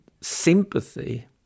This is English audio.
sympathy